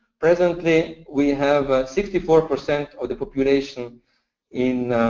presently we have sixty four percent of the population in